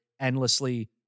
endlessly